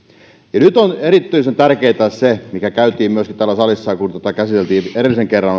nyt on erityisen tärkeää se mistä käytiin keskustelua myöskin täällä salissa kun tätä käsiteltiin edellisen kerran